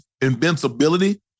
invincibility